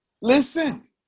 listen